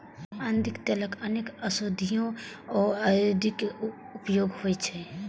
अरंडीक तेलक अनेक औषधीय आ औद्योगिक उपयोग होइ छै